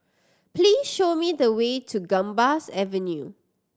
please show me the way to Gambas Avenue